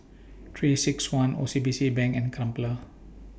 three six one O C B C Bank and Crumpler